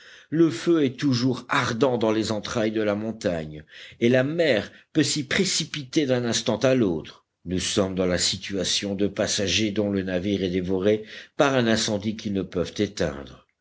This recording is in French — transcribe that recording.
le feu est toujours ardent dans les entrailles de la montagne et la mer peut s'y précipiter d'un instant à l'autre nous sommes dans la situation de passagers dont le navire est dévoré par un incendie qu'ils ne peuvent éteindre